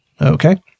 Okay